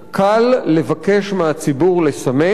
קל לבקש מהציבור לסמס,